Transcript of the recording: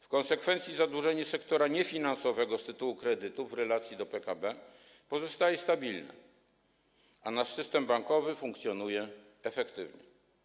W konsekwencji zadłużenie sektora niefinansowego z tytułu kredytów w relacji do PKB pozostaje stabilne, a nasz system bankowy funkcjonuje efektywnie.